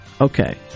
okay